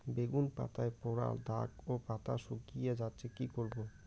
বেগুন পাতায় পড়া দাগ ও পাতা শুকিয়ে যাচ্ছে কি করব?